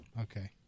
Okay